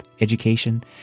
education